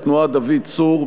התנועה: דוד צור.